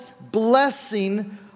blessing